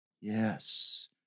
Yes